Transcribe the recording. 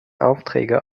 aufträge